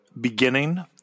beginning